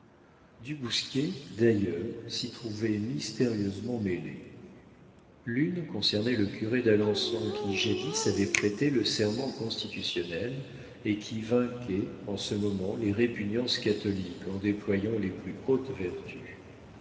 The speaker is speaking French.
du bousquier d'ailleurs s'y trouvait mystérieusement mêlé l'une concernait le curé d'alençon qui jadis avait prêté le serment constitutionnel et qui vainquait en ce moment les répugnances catholiques en déployant les plus hautes vertus